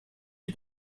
lui